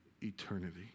eternity